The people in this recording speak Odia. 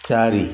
ଚାରି